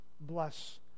bless